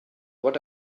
what